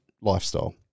lifestyle